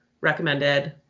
Recommended